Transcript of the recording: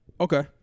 Okay